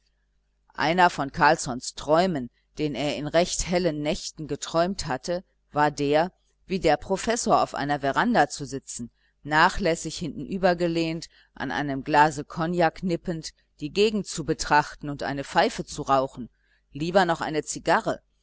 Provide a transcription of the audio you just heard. einer von carlssons träumen den er in recht hellen nächten geträumt hatte war der wie der professor auf einer veranda zu sitzen nachlässig hintenübergelehnt an einem glase kognak nippend die gegend zu betrachten und eine pfeife zu rauchen lieber noch eine zigarre